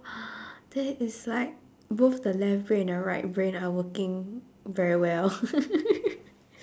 that is like both the left brain and the right brain are working very well